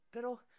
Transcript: Pero